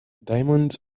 diamonds